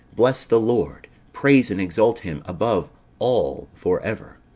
bless the lord praise and exalt him above all for ever.